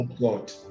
god